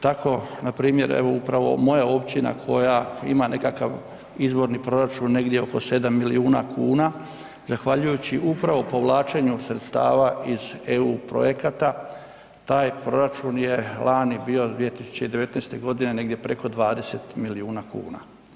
Tako npr. evo upravo moja općina koja ima nekakav izvorni proračun negdje oko 7 milijuna kuna zahvaljujući upravo povlačenju sredstava iz EU projekata, taj proračun je lani bio 2019.g. negdje preko 20 milijuna kuna.